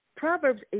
Proverbs